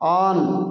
on